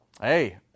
Hey